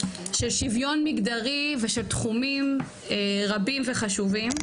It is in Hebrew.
של שוויון מגדרי ושל תחומים רבים וחשובים.